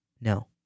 No